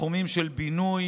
בתחומים של בינוי,